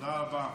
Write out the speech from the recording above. תודה רבה.